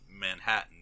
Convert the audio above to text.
Manhattan